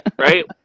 right